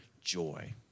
joy